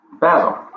Basil